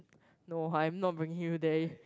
no I will not bring you there